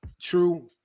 true